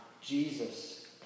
Jesus